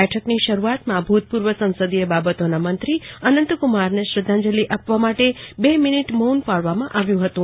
બેઠકની શરૂઆતમાં ભૂતપૂર્લ સંસદીય બાબતોના મંત્રી અનંતકુમારને શ્રદ્ધાંજલિ આપવા માટે બે મિનિટ મો ન પાળવામાં આવ્યું હતું